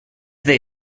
they